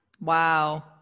Wow